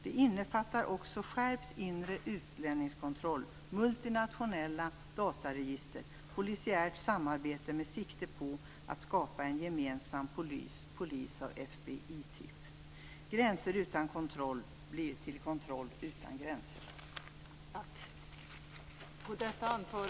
Det innefattar också skärpt inre utlänningskontroll, multinationella dataregister, polisiärt samarbete med sikte på att skapa en gemensam polis av FBI-typ. Gränser utan kontroll blir till kontroll utan gränser.